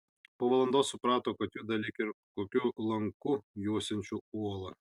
po valandos suprato kad juda lyg ir kokiu lanku juosiančiu uolą